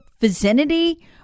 vicinity